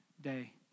day